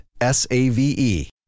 S-A-V-E